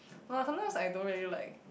no ah sometimes I don't really like